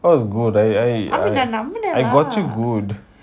I was good I I I I got you good